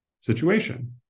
situation